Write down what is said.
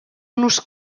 nos